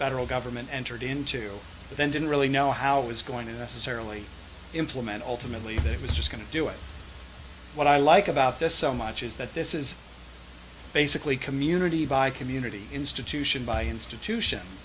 federal government entered into then didn't really know how it was going to necessarily implement ultimately that it was just going to do it what i like about this so much is that this is basically community by community institution by institution